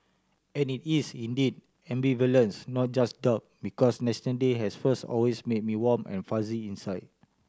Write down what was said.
and it is indeed ambivalence not just doubt because National Day has first always made me warm and fuzzy inside